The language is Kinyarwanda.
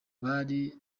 bari